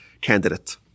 candidate